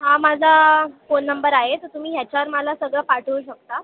हा माझा phone number आहे तर तुम्ही ह्याच्यावर मला सगळं पाठवू शकता